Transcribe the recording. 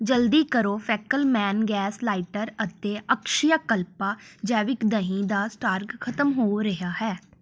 ਜਲਦੀ ਕਰੋ ਫੈਕਲਮੈਨ ਗੈਸ ਲਾਈਟਰ ਅਤੇ ਅਕਸ਼ਯਾ ਕਲਪਾ ਜੈਵਿਕ ਦਹੀਂ ਦਾ ਸਟਾਰਕ ਖਤਮ ਹੋ ਰਿਹਾ ਹੈ